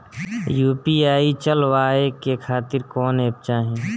UPI चलवाए के खातिर कौन एप चाहीं?